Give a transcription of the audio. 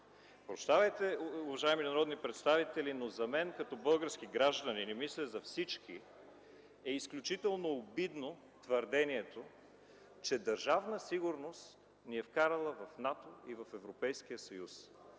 и НАТО?! Уважаеми народни представители, прощавайте, но за мен като български гражданин и мисля, че и за всички е изключително обидно твърдението, че Държавна сигурност ни е вкарала в НАТО и в Европейския съюз.